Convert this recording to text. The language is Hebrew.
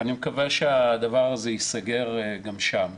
ואני מקווה שהדבר הזה ייסגר גם שם.